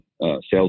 sales